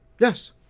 Yes